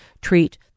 treat